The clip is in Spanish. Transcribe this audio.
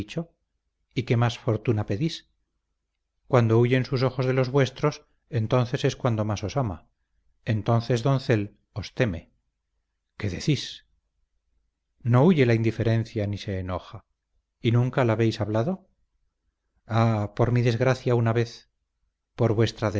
y qué más fortuna pedís cuando huyen sus ojos de los vuestros entonces es cuando más os ama entonces doncel os teme qué decís no huye la indiferencia ni se enoja y nunca la habéis hablado ah por mi desgracia una vez por vuestra